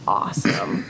awesome